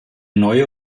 neue